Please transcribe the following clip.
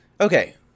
Okay